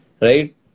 right